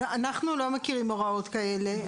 אנחנו לא מכירים הוראות כאלה.